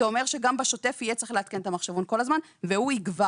זה אומר שגם בשוטף יהיה צריך כל הזמן לעדכן את המחשבון והוא יגבר.